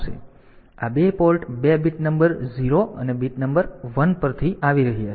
તેથી આ બે પોર્ટ 2 બીટ નંબર 0 અને બીટ નંબર 1 પરથી આવી રહ્યા છે